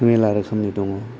मेरला रोखोमनि दङ